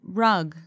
rug